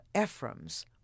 Ephraim's